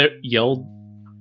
yelled